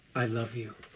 i love you.